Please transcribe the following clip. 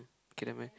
okay never mind